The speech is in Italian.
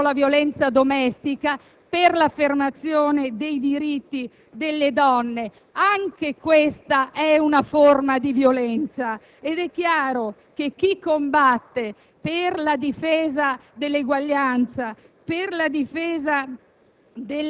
contro la violenza domestica, per l'affermazione dei diritti delle donne. Anche questa è una forma di violenza ed è chiaro che chi combatte per la difesa dell'eguaglianza e della